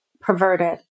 perverted